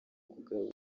kugaba